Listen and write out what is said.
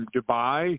Dubai